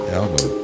album